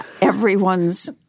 everyone's